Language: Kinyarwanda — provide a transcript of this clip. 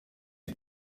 ati